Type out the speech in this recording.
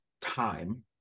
time